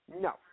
No